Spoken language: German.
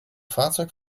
fahrzeug